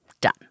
Done